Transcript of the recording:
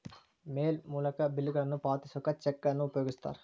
ಮೇಲ್ ಮೂಲಕ ಬಿಲ್ಗಳನ್ನ ಪಾವತಿಸೋಕ ಚೆಕ್ಗಳನ್ನ ಉಪಯೋಗಿಸ್ತಾರ